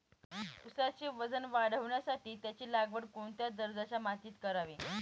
ऊसाचे वजन वाढवण्यासाठी त्याची लागवड कोणत्या दर्जाच्या मातीत करावी?